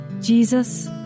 Jesus